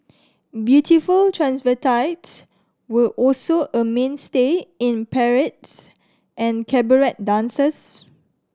beautiful transvestites were also a mainstay in parades and cabaret dances